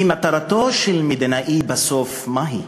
כי מטרתו של מדינאי בסוף, מה היא?